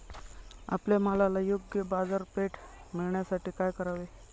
आपल्या मालाला योग्य बाजारपेठ मिळण्यासाठी काय करावे?